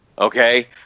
Okay